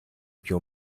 più